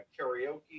karaoke